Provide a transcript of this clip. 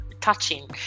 touching